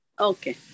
Okay